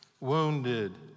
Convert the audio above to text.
wounded